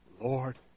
Lord